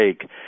take